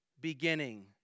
beginning